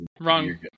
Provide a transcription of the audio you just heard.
Wrong